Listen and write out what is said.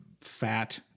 fat